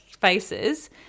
faces